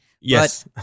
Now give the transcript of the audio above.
Yes